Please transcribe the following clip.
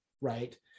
right